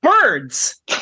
Birds